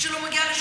טוב.